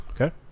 Okay